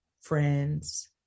friends